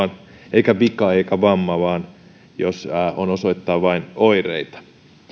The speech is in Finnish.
eikä vika eikä vamma jos on osoittaa vain oireita